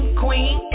queen